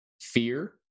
fear